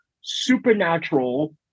supernatural